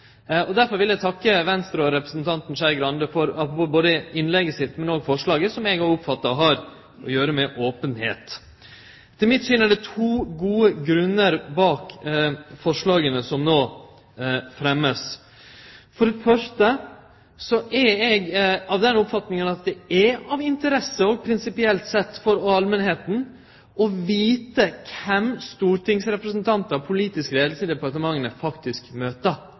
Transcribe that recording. Derfor vil eg takke Venstre og representanten Skei Grande for både innlegget og forslaget, som eg oppfattar har å gjere med openheit. Etter mitt syn er det to gode grunnar bak forslaga som no vert fremma. For det første er eg av den oppfatninga at det er av interesse, òg prinsipielt sett, for allmenta, å vite kven stortingsrepresentantar og politisk leiing i departementa faktisk